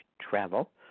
Travel